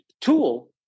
tool